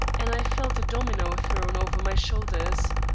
and i felt a domino thrown over my shoulders.